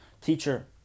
teacher